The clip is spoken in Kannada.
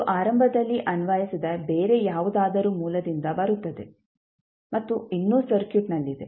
ಇದು ಆರಂಭದಲ್ಲಿ ಅನ್ವಯಿಸಿದ ಬೇರೆ ಯಾವುದಾದರೂ ಮೂಲದಿಂದ ಬರುತ್ತದೆ ಮತ್ತು ಇನ್ನೂ ಸರ್ಕ್ಯೂಟ್ನಲ್ಲಿದೆ